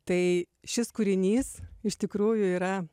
tai šis kūrinys iš tikrųjų yra